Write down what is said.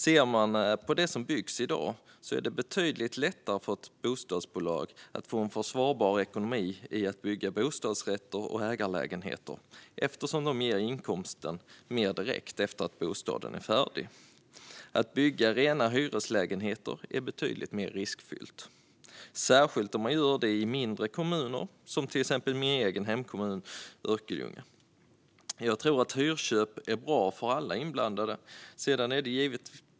När det gäller det som byggs i dag är det betydligt lättare för ett bostadsbolag att få en försvarbar ekonomi i att bygga bostadsrätter och ägarlägenheter, eftersom de ger inkomsten mer direkt efter att bostaden är färdig. Att bygga rena hyreslägenheter är betydligt mer riskfyllt, särskilt i mindre kommuner som min egen hemkommun Örkelljunga. Jag tror att hyrköp är bra för alla inblandade.